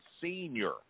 senior